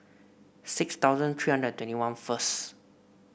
six thousand three hundred and twenty one first